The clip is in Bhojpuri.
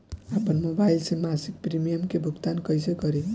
आपन मोबाइल से मसिक प्रिमियम के भुगतान कइसे करि?